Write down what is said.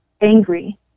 angry